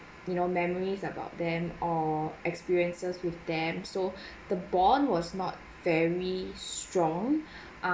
you know memories about them or experiences with them so the bond was not very strong